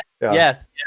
Yes